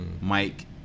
Mike